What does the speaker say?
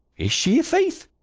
is she, i'faith?